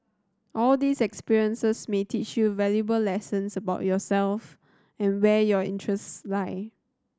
all these experiences may teach you valuable lessons about yourself and where your interests lie